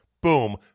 Boom